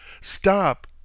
Stop